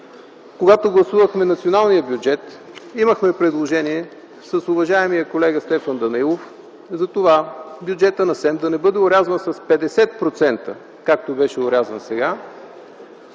когато гласувахме националния бюджет. Имахме предложение с уважаемия колега Стефан Данаилов бюджетът на СЕМ да не бъде орязван с 50%, както беше орязан сега,